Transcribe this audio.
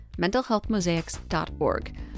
mentalhealthmosaics.org